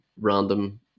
random